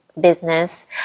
business